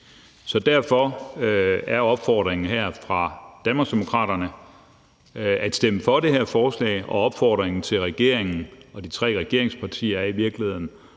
Derfor er opfordringen her fra Danmarksdemokraternes side at stemme for det her forslag, og opfordringen til regeringen og de tre regeringspartier er i virkeligheden